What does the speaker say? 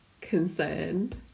concerned